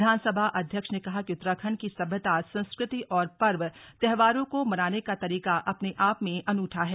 विधानसभा अध्यक्ष ने कहा कि उत्तराखंड की सभ्यता संस्कृति और पर्व त्योहार को मनाने का तरीका अपने आप में अनूठा है